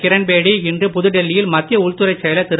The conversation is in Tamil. கிரண்பேடி இன்று புதுடில்லியில் மத்திய உள்துறைச் செயலர் திரு